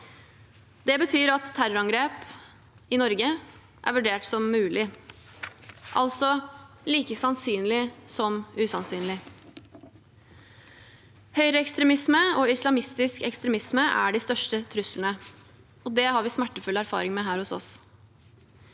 Det betyr at terrorangrep er vurdert som mulig, altså like sannsynlig som usannsynlig. Høyreekstremisme og islamistisk ekstremisme er de største truslene, og det har vi smertefull erfaring med her hos oss.